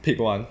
pick one